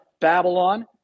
Babylon